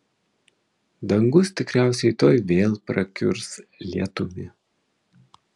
dangus tikriausiai tuoj vėl prakiurs lietumi